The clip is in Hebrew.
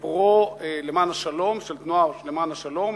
למען השלום, תנועה למען השלום.